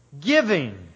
giving